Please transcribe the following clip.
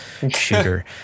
shooter